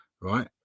right